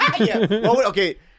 Okay